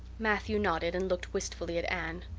matthew nodded and looked wistfully at anne.